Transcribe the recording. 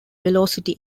velocity